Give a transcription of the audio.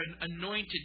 anointed